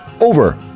over